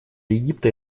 египта